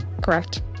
Correct